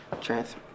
trans